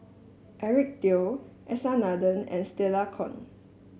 Eric Teo S R Nathan and Stella Kon